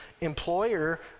employer